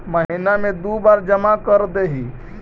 महिना मे दु बार जमा करदेहिय?